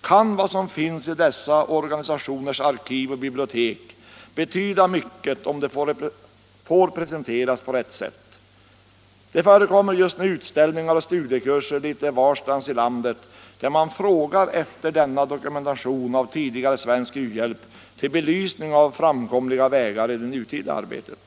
kan vad som finns i dessa organisationers arkiv och bibliotek betyda mycket om det får presenteras på rätt sätt. Det förekommer just nu utställningar och studiekurser litet varstans i landet där man frågar efter denna dokumentation av tidigare svensk u-hjälp till belysning av framkomliga vägar i det nutida arbetet.